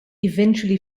eventually